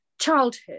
childhood